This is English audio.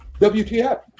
WTF